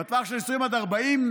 בטווח של 20 40 קילומטר,